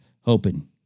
hoping